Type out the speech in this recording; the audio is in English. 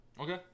Okay